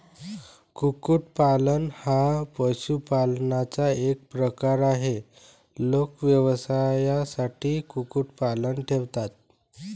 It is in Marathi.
कुक्कुटपालन हा पशुपालनाचा एक प्रकार आहे, लोक व्यवसायासाठी कुक्कुटपालन ठेवतात